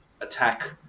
attack